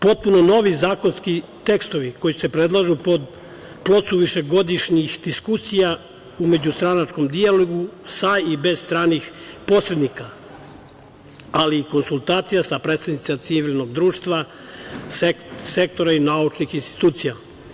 Potpuno novi zakonski tekstovi koji se predlažu plod su višegodišnjih diskusija u međustranačkom dijalogu, sa i bez stranih posrednika, ali i konsultacija sa predstavnicima civilnog društva, sektora i naučnih institucija.